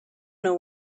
know